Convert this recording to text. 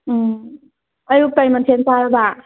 ꯎꯝ ꯑꯌꯨꯛ ꯀꯔꯤ ꯃꯊꯦꯜ ꯆꯥꯔꯕ